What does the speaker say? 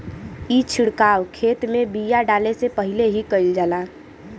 ई छिड़काव खेत में बिया डाले से पहिले ही कईल जाला